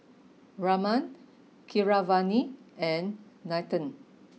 Raman Keeravani and Nathan